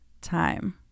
time